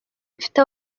bifite